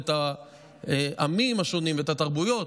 את העמים השונים ואת התרבויות.